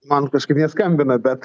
man kažkaip neskambina bet